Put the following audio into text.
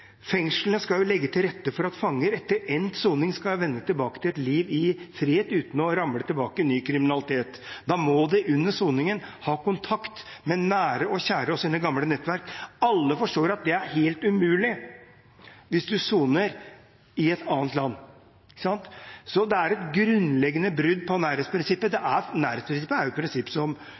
Fengslene skal jo legge til rette for at fanger etter endt soning skal vende tilbake til et liv i frihet uten å ramle tilbake i ny kriminalitet. Da må de under soningen ha kontakt med nære og kjære og sine gamle nettverk. Alle forstår at det er helt umulig hvis man soner i et annet land. Det er et grunnleggende brudd på nærhetsprinsippet. Nærhetsprinsippet er et prinsipp som